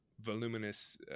voluminous